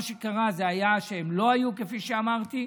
מה שקרה זה שהם לא היו, כפי שאמרתי,